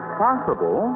possible